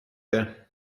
det